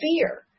fear